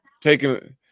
taking